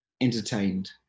entertained